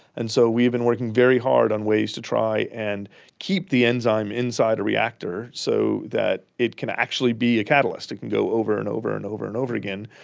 and so we have been working very hard on ways to try and keep the enzyme inside a reactor so that it can actually be a catalyst, it can go over and over and over and over again,